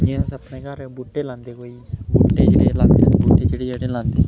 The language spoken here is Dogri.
जि'यां अस अपने घर बूह्टे लांदे कोई बूह्टे जेह्ड़े जेह्ड़े लांदे बूह्टे जेह्ड़े जेह्ड़े लांदे